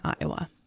iowa